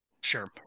sure